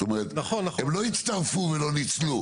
זאת אומרת הם לא הצטרפו ולא ניצלו.